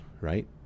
right